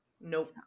Nope